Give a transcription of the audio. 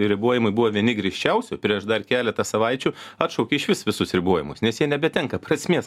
ribojimai buvo vieni griežčiausių prieš dar keletą savaičių atšaukė išvis visus ribojimus nes jie nebetenka prasmės